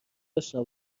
اشنا